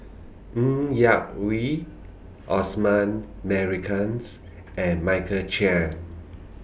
Ng Yak Whee Osman Merican and Michael Chiang